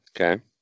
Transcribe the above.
Okay